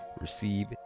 receive